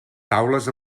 taules